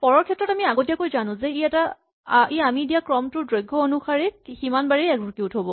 for ৰ ক্ষেত্ৰত আমি আগতীয়াকৈ জানো যে ই আমি দিয়া ক্ৰমটোৰ দৈৰ্ঘ অনুসাৰে সিমানবাৰেই এক্সিকিউট হ'ব